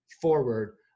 forward